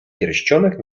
pierścionek